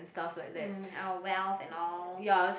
mm our wealth and all